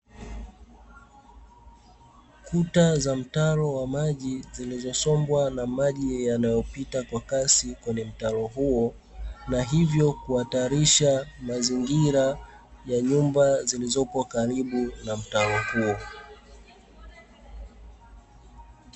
Kuta za mtaro wa maji, zilizosombwa na maji yanayopita kwa kasi kwenye mtaro huo na hivyo kuhatarisha mazingira ya nyumba zilizopo karibu na mtaro huo.